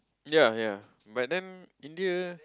yea yea but then India